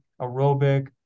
aerobic